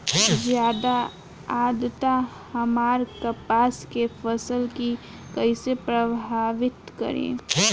ज्यादा आद्रता हमार कपास के फसल कि कइसे प्रभावित करी?